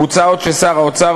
מוצע עוד ששר האוצר,